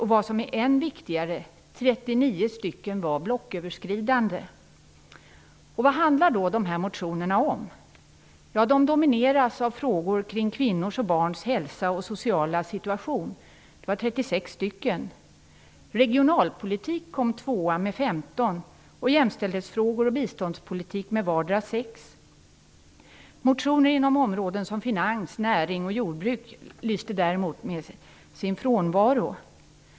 Och vad som är än viktigare, 39 stycken var blocköverskridande. Vad handlar då de här motionerna om? De domineras av frågor kring kvinnors och barns hälsa och sociala situation. Det var 36 stycken. Regionalpolitik kom tvåa med 15 motioner och jämställdhetsfrågor och biståndspolitik hade vardera 6. Motioner inom områden som finans, näring och jordbruk lyste däremot med sin frånvaro.